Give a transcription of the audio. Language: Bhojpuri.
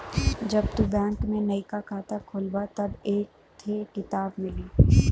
जब तू बैंक में नइका खाता खोलबा तब एक थे किताब मिली